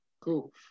Cool